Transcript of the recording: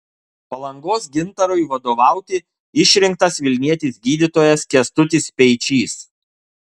palangos gintarui vadovauti išrinktas vilnietis gydytojas kęstutis speičys